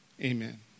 amen